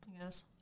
Yes